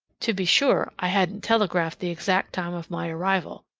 to be sure, i hadn't telegraphed the exact time of my arrival,